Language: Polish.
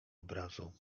obrazu